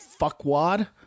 fuckwad